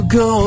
go